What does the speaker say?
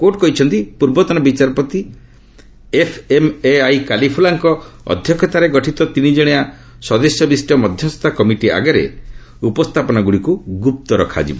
court କହିଛନ୍ତି ପୂର୍ବତନ ବିଚାରପତି ଏଫ୍ଏମ୍ଆଇ କାଲିଫୁଲ୍ଲାଙ୍କ ଅଧ୍ୟକ୍ଷତାରେ ଗଠିତ ତିନିଜଣିଆ ସଦସ୍ୟ ବିଶିଷ୍ଟ ମଧ୍ୟସ୍ଥତା କମିଟି ଆଗରେ ଉପସ୍ଥାପନାଗୁଡ଼ିକୁ ଗୁପ୍ତ ରଖାଯିବ